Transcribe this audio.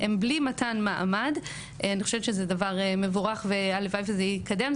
אני חושבת שזה דבר מבורך והלוואי וזה יקדם.